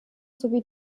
sowie